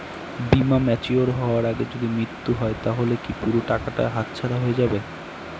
বীমা ম্যাচিওর হয়ার আগেই যদি মৃত্যু হয় তাহলে কি পুরো টাকাটা হাতছাড়া হয়ে যাবে?